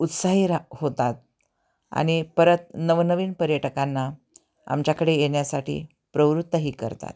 उत्साही रा होतात आणि परत नवनवीन पर्यटकांना आमच्याकडे येण्यासाठी प्रवृत्तही करतात